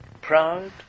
proud